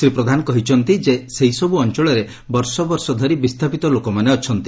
ଶ୍ରୀ ପ୍ରଧାନ କହିଛନ୍ତି ଯେ ଅଞ୍ଞଳରେ ବର୍ଷ ବର୍ଷ ଧରି ବିସ୍ତାପିତ ଲୋକମାନେ ଅଛନ୍ତି